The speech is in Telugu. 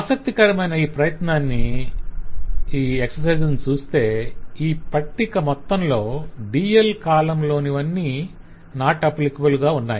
ఆసక్తికరమైన ఈ ప్రయత్నాన్ని చూస్తే ఈ పట్టిక మొత్తంలో DL కాలమ్ లోనివన్నీ 'NA' వర్తించదుగా ఉన్నాయి